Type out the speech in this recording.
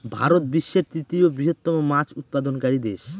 ভারত বিশ্বের তৃতীয় বৃহত্তম মাছ উৎপাদনকারী দেশ